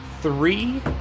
Three